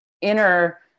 inner